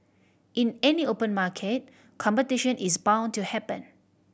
in any open market competition is bound to happen